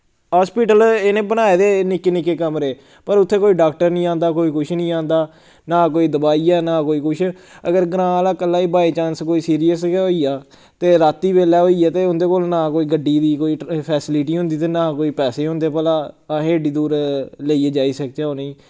hospital इ'नें बनाए दे निक्के निक्के कमरे पर उत्थै कोई डाक्टर निं आंदा कोई कुछ निं आंदा ना कोई दवाई ऐ ना कोई कुछ अगर ग्रांऽ आहला कल्ला गी बाय चांस कोई सीरियस गै होई गेआ ते रातीं बेल्लै होई गेआ ते उं'दे कोल ना कोई गड्डी दी कोई फैसिलिटी होंदी ते ना कोई पैसे होंदे भला अस एड्डी दूर लेइयै जाई सकचै उ'नेंगी